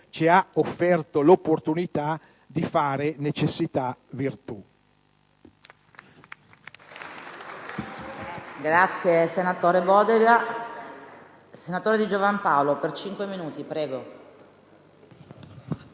ci ha offerto l'opportunità di fare di necessità virtù.